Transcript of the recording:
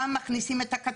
פעם מכניסים אותו,